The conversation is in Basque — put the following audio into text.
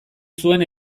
zuen